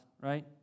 right